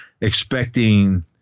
expecting